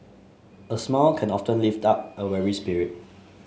a smile can often lift up a weary spirit